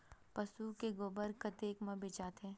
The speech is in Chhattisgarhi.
पशु के गोबर कतेक म बेचाथे?